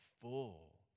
full